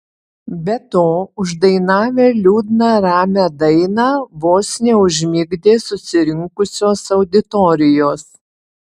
be to uždainavę liūdną ramią dainą vos neužmigdė susirinkusios auditorijos